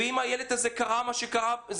ואם קרה לילד הזה מה שקרה לו,